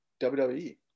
WWE